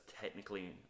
technically